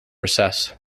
recess